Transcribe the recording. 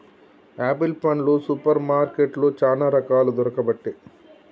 apple పండ్లు super మార్కెట్లో చానా రకాలు దొరుకబట్టె